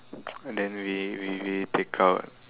then we we we take out